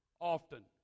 often